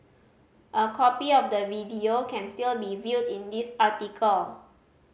a copy of the video can still be viewed in this article